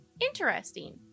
Interesting